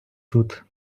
тут